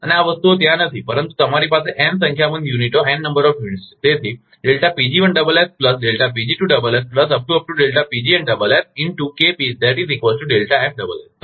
અને આ વસ્તુઓ ત્યાં નથી પરંતુ તમારી પાસે n સંખ્યાબંધ યુનિટો છે તેથી